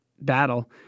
battle